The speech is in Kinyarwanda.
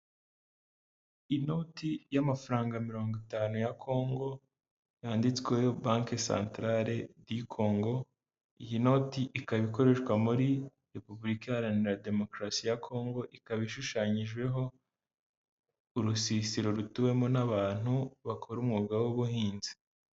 Inoti y'amafaranga mirongo itanu ya Kongo yanditsweho banki santarare di Kongo, iyi noti ikaba ikoreshwa muri Repubulika Iharanira Demokarasi ya Kongo, ikaba ishushanyijeho urusisiro rutuwemo n'abantu bakora umwuga w'ubuhinzi.